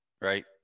right